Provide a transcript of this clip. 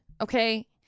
okay